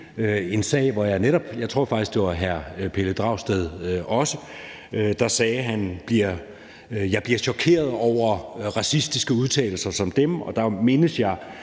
en sag, jeg tror, det faktisk var med hr. Pelle Dragsted også, der sagde: Jeg bliver chokeret over racistiske udtalelser som dem. Og der mindes jeg,